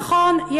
נכון,